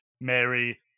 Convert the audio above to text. Mary